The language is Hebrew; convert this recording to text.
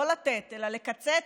לא לתת אלא לקצץ,